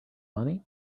money